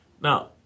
Now